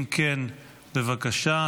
אם כן, בבקשה.